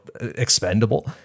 expendable